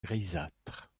grisâtre